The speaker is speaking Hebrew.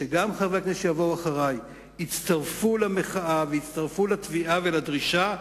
שגם חברי הכנסת שיבואו אחרי יצטרפו למחאה ויצטרפו לתביעה ולדרישה,